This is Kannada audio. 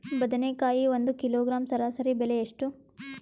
ಬದನೆಕಾಯಿ ಒಂದು ಕಿಲೋಗ್ರಾಂ ಸರಾಸರಿ ಬೆಲೆ ಎಷ್ಟು?